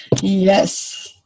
Yes